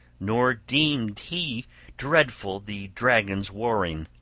nor deemed he dreadful the dragon's warring,